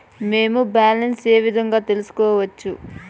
మేము బ్యాలెన్స్ ఏ విధంగా తెలుసుకోవచ్చు?